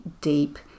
deep